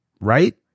Right